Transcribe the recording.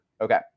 Okay